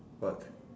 what